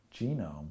genome